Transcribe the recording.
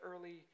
early